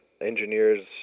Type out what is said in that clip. engineers